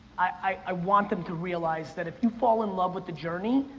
i want them to realize that if you fall in love with the journey,